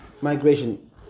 migration